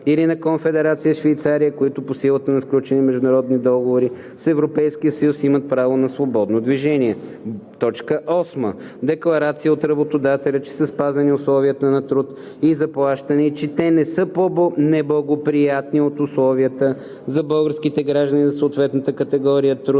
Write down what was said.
или на Конфедерация Швейцария, които по силата на сключени международни договори с Европейския съюз имат право на свободно движение; 8. декларация от работодателя, че са спазени условията на труд и заплащане и че те не са по-неблагоприятни от условията за българските граждани за съответната категория труд